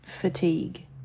fatigue